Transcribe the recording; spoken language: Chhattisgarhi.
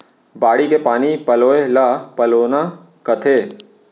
बाड़ी के पानी पलोय ल पलोना कथें